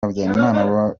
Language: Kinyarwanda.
habyara